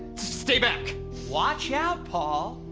s-stay back watch out paul!